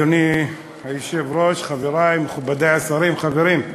אדוני היושב-ראש, חברי, מכובדי השרים, חברים,